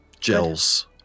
gels